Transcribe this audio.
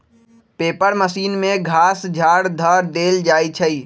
paper machine में घास झाड़ ध देल जाइ छइ